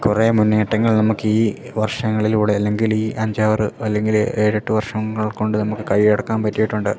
കുറേ മുന്നേറ്റങ്ങൾ നമുക്ക് ഈ വർഷങ്ങളിലൂടെ അല്ലെങ്കിൽ ഈ അഞ്ചാറ് അല്ലെങ്കിൽ ഏഴെട്ട് വർഷങ്ങൾകൊണ്ട് നമുക്ക് കയ്യടക്കാൻ പറ്റിയിട്ടുണ്ട്